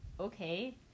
Okay